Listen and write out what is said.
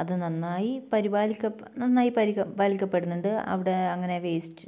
അത് നന്നായി പരിപാലി നന്നായി പരിപാലിക്കപ്പെടുന്നുണ്ട് അവിടെ അങ്ങനെ വേസ്റ്റ്